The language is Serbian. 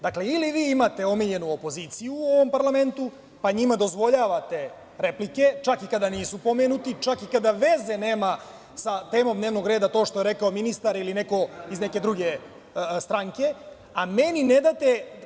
Dakle, ili vi imate omiljenu opoziciju u ovom parlamentu, pa njima dozvoljavate replike, čak i kada nisu pomenuti, čak i kada veze nema sa temom dnevnog reda to što je rekao ministar ili neko iz neke druge stranke, a meni ne date.